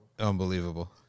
Unbelievable